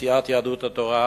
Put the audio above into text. סיעת יהדות התורה,